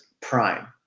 Prime